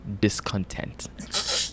discontent